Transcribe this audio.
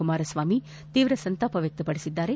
ಕುಮಾರಸ್ವಾಮಿ ತೀವ್ರ ಸಂತಾಪ ವ್ಯಕ್ತಪಡಿಸಿದ್ದಾರೆ